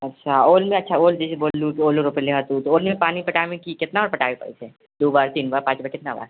अच्छा ओल नहि अच्छा ओलो रोपलिए ओलमे पानी पटाबैमे की कितना बार पटाबै परतै दू बार तीन बार पाँच बार कितना बार